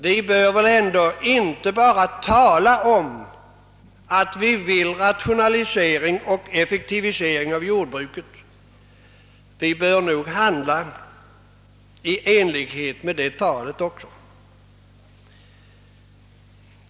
Vi bör väl ändå inte bara tala om att vi vill rationalisera och effektivisera jordbruket; vi bör nog handla i enlighet med det talet också.